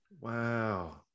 Wow